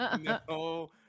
no